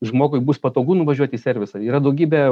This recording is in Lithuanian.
žmogui bus patogu nuvažiuot į servisą yra daugybė